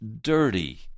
dirty